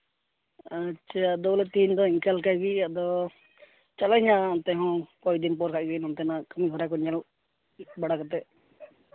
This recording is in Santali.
ᱟᱪᱪᱷᱟ ᱟᱫᱚ ᱵᱚᱞᱮ ᱛᱮᱦᱤᱧᱫᱚ ᱤᱱᱠᱟᱹ ᱞᱮᱠᱟᱜᱮ ᱟᱫᱚ ᱪᱟᱞᱟᱜᱼᱟᱹᱧ ᱦᱟᱸᱜ ᱚᱱᱛᱮ ᱦᱚᱸ ᱠᱚᱭᱮᱠ ᱫᱤᱱ ᱯᱚᱨ ᱠᱷᱟᱡᱜᱮ ᱱᱚᱱᱛᱮᱱᱟᱜ ᱠᱟᱹᱢᱤᱦᱚᱨᱟ ᱠᱚ ᱧᱮᱞ ᱵᱟᱲᱟ ᱠᱟᱛᱮᱫ